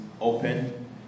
open